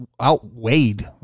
outweighed